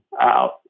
out